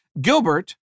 Gilbert